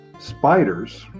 Spiders